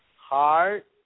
heart